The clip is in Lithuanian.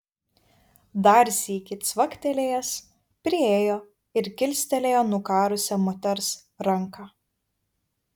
dar sykį cvaktelėjęs priėjo ir kilstelėjo nukarusią moters ranką